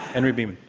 henry bienen.